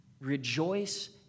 Rejoice